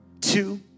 two